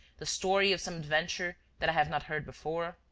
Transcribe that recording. the story of some adventure that i have not heard before.